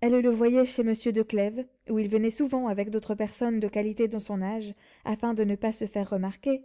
elle le voyait chez monsieur de clèves où il venait souvent avec d'autres personnes de qualité de son âge afin de ne se pas faire remarquer